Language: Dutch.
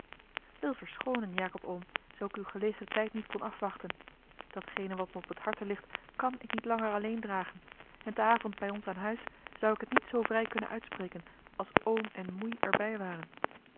wil verschoonen jacob oom zoo ik uw gelegen tijd niet kon afwachten datgene wat me op t harte ligt kàn ik niet langer alleen dragen en te avond bij ons aan huis zou ik het niet zoo vrij kunnen uitspreken als oom en moei er bij waren